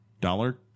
dollar